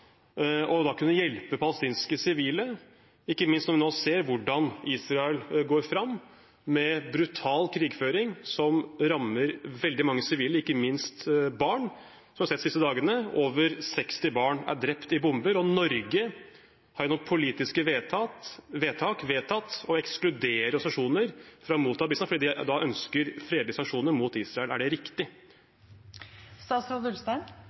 og kunne hjelpe palestinske sivile? Dette gjelder ikke minst når vi nå ser hvordan Israel går fram med brutal krigføring som rammer veldig mange sivile, ikke minst barn, som vi har sett de siste dagene – over 60 barn er drept av bomber. Norge har gjennom politiske vedtak vedtatt å ekskludere organisasjoner fra å motta bistand fordi de ønsker fredelige sanksjoner mot Israel. Er det